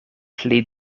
pli